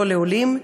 לא לעולים,